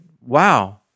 wow